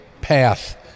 path